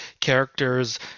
characters